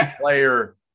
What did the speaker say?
player